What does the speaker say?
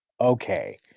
okay